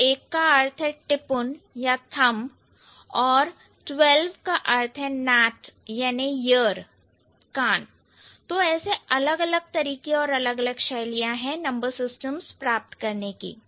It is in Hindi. तो 1 का अर्थ tipun या thumb और 12 का अर्थ है nat याने ear तो ऐसे अलग अलग तरीके और अलग अलग शैलियां है नंबर सिस्टम्स प्राप्त करने की